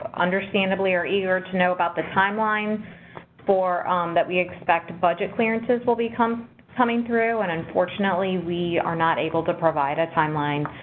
ah understandably, are eager to know about the timeline for um that we expect budget clearances will be come coming through. and unfortunately, we are not able to provide a timeline.